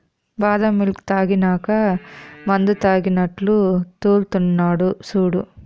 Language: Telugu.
బాదం మిల్క్ తాగినాక మందుతాగినట్లు తూల్తున్నడు సూడు